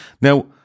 Now